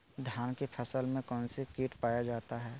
धान की फसल में कौन सी किट पाया जाता है?